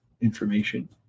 information